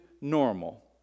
normal